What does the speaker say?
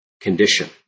condition